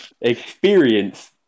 Experience